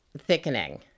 thickening